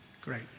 Great